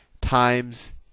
times